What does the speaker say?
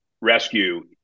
rescue